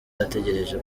ategereje